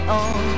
on